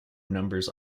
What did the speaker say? numbers